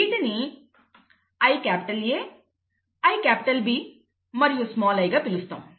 వీటిని IA IB మరియు small i గా పిలుస్తాము